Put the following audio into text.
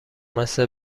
مثل